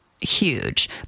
huge